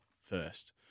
first